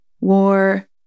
war